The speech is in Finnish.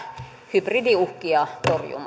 hybridiuhkia